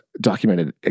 documented